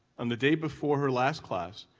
on the day before her last class,